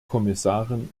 kommissarin